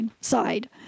side